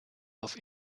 auf